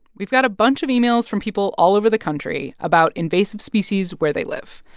we've got a bunch of emails from people all over the country about invasive species where they live.